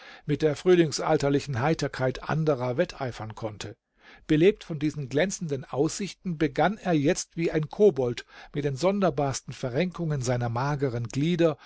mit der frühlingsalterlichen heiterkeit anderer wetteifern konnte belebt von diesen glänzenden aussichten begann er jetzt wie ein kobold mit den sonderbarsten verrenkungen seiner mageren glieder